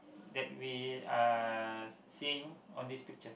that we are seeing on this picture